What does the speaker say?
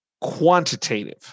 quantitative